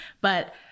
But-